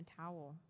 towel